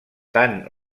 tant